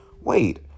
wait